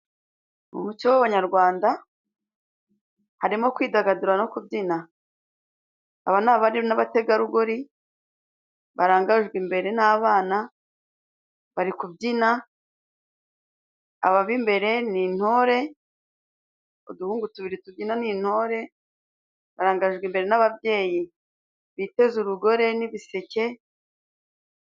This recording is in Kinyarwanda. Mu mucyo w'abanyarwanda harimo kwidagadura no kubyina; aba ni abari n'abategarugori barangajwe imbere n'abana bari kubyina, aba b'imbere ni intore uduhungu tubiri tubyina ni intore, barangajwe imbere n'ababyeyi biteze urugore n'ibiseke.